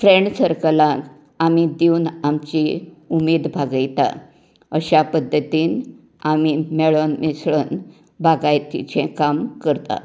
friend सर्कलांक आमी दिवन आमची उमेद भागयता अश्या पद्दतीन आमी मेळोन मिसळोन बागयतीचें काम करतात